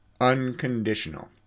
unconditional